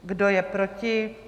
Kdo je proti?